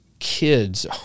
kids